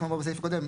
כמו בסעיף הקודם,